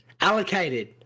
allocated